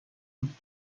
کنم